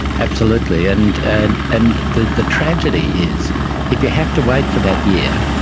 absolutely, and and and the the tragedy is if you have to wait for that year,